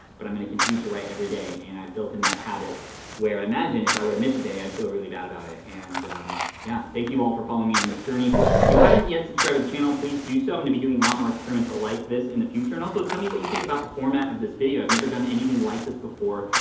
but i'm gonna continue to write everyday, and i've built in that habit where i imagine if i were to miss a day i'd feel really bad about it. and yeah, thank you all for following me on this journey. if you haven't yet subscribed to the channel, please do so. i'm gonna be doing a lot more experiments like this in the future. and also, tell me what you think about the format of this video. i've never done anything like this before.